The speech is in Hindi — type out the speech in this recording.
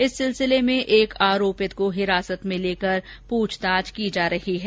इस सिलसिले में एक आरोपित को हिरासत में लेकर प्रछताछ की जा रही है